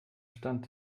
stand